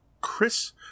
Chris